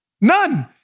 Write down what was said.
None